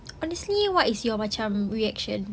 honestly what is your macam reaction